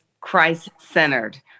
Christ-centered